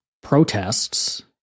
protests